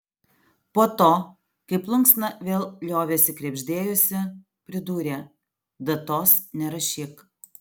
po to kai plunksna vėl liovėsi krebždėjusi pridūrė datos nerašyk